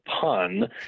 pun